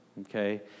okay